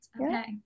Okay